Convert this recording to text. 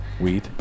Weed